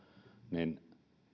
niin